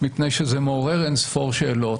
מפני שזה מעורר אין-ספור שאלות.